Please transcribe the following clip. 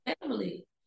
family